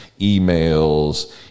emails